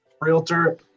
realtor